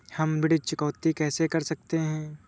हम ऋण चुकौती कैसे कर सकते हैं?